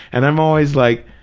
and i'm always like,